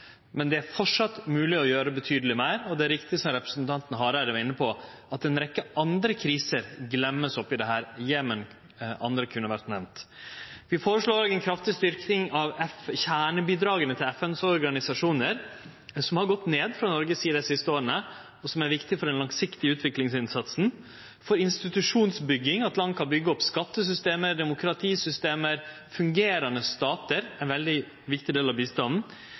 men det er framleis mogleg å gjere betydeleg meir, og det er riktig som representanten Hareide var inne på, at ei rekkje andre kriser vert gløymde oppe i dette – Jemen, andre kunne vore nemnde. Vi føreslår ei kraftig styrking av kjernebidraga til FNs organisasjonar, som har gått ned frå Noreg si side dei siste åra, og som er viktige for den langsiktige utviklingsinnsatsen for institusjonsbygging, at land kan byggje opp skattesystem, demokratisystem, fungerande statar – ein svært viktig del av bistanden